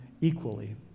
equally